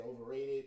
overrated